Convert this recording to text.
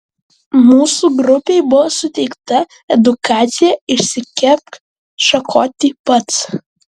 mūsų grupei buvo suteikta edukacija išsikepk šakotį pats